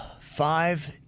five